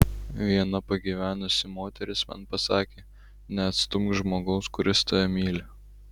viena pagyvenusi moteris man pasakė neatstumk žmogaus kuris tave myli